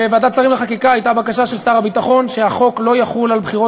בוועדת שרים לחקיקה הייתה בקשה של שר הביטחון שהחוק לא יחול על בחירות